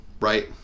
right